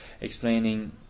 explaining